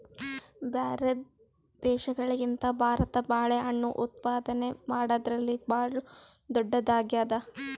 ಬ್ಯಾರೆ ದೇಶಗಳಿಗಿಂತ ಭಾರತ ಬಾಳೆಹಣ್ಣು ಉತ್ಪಾದನೆ ಮಾಡದ್ರಲ್ಲಿ ಭಾಳ್ ಧೊಡ್ಡದಾಗ್ಯಾದ